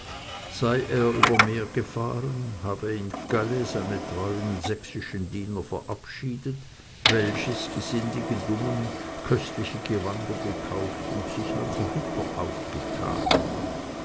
sei er über meer gefahren habe in calais seine treuen sächsischen diener verabschiedet welsches gesinde gedungen köstliche gewande gekauft und sich als ritter aufgetan